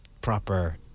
proper